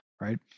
right